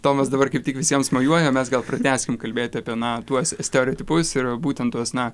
tomas dabar kaip tik visiems mojuoja mes gal pratęskim kalbėti apie na tuos stereotipus ir būtent tuos na